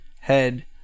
head